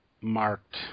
marked